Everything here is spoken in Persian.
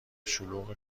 شلوغ